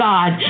God